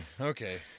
Okay